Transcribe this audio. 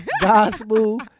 gospel